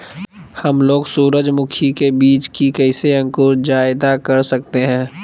हमलोग सूरजमुखी के बिज की कैसे अंकुर जायदा कर सकते हैं?